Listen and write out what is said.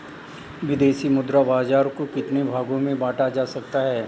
विदेशी मुद्रा बाजार को कितने भागों में बांटा जा सकता है?